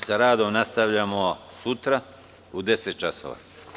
Sa radom nastavljamo sutra u 10,00 časova.